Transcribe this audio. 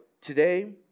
today